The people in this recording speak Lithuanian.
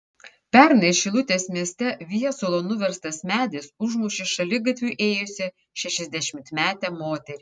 pernai šilutės mieste viesulo nuverstas medis užmušė šaligatviu ėjusią šešiasdešimtmetę moterį